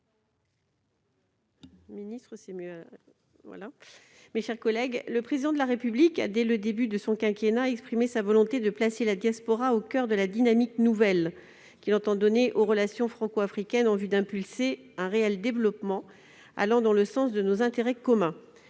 Conway-Mouret. Le Président de la République a, dès le début de son quinquennat, exprimé sa volonté de placer la diaspora au coeur de la dynamique nouvelle qu'il entend donner aux relations franco-africaines, en vue d'impulser un réel développement allant dans le sens de nos intérêts communs.